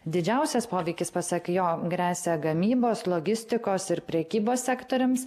didžiausias poveikis pasak jo gresia gamybos logistikos ir prekybos sektoriams